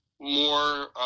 more